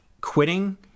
quitting